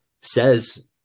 says